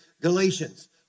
Galatians